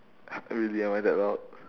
really am I that loud